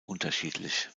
unterschiedlich